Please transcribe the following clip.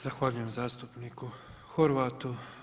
Zahvaljujem zastupniku Horvatu.